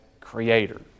Creator